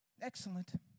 Excellent